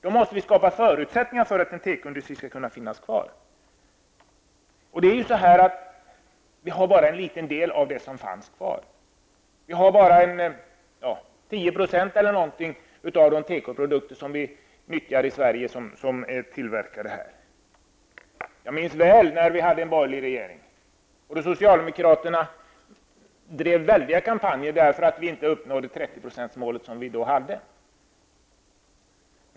Vi måste skapa förutsättningar för att en tekoindustri skall kunna finnas kvar. Det vi har kvar nu är ju bara en liten del av det som fanns förut. Det är bara ca 10 % av de tekoprodukter som vi nyttjar i Sverige som är tillverkade här. När vi hade en borgerlig regering drev socialdemokraterna väldiga kampanjer för att vi inte uppnådde 30-procentsmålet som då fanns.